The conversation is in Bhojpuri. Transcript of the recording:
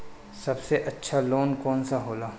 सबसे अच्छा लोन कौन सा होला?